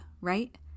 right